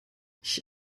ich